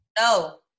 No